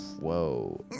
Whoa